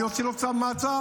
אני אוציא לו צו מעצר.